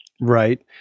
Right